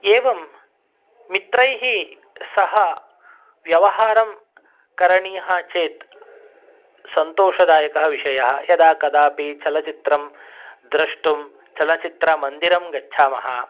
एवं मित्रैः सह व्यवहारं करणीयं चेत् सन्तोषदायकः विषयः यदाकदापि चलचित्रं द्रष्टुं चलचित्रमन्दिरं गच्छामः